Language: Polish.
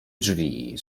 drzwi